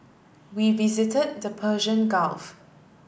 we visit the Persian Gulf